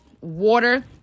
water